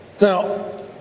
Now